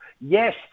yes